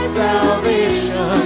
salvation